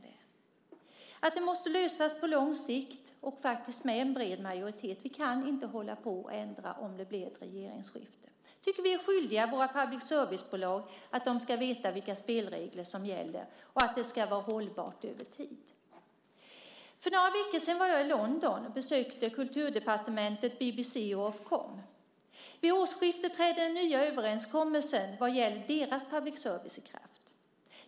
Det måste lösas på lång sikt och med en bred majoritet. Vi kan inte hålla på och ändra om det blir ett regeringsskifte. Jag tycker att vi är skyldiga våra public service-bolag att de ska veta vilka spelregler som gäller och att det ska vara hållbart över tid. För några veckor sedan var jag i London. Jag besökte kulturdepartementet, BBC och Ofcom. Vid årsskiftet träder den nya överenskommelsen vad gäller deras public service i kraft.